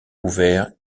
ouverts